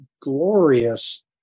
glorious